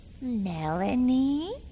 Melanie